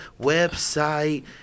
website